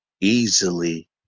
easily